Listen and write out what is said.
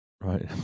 Right